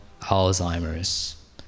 Alzheimer's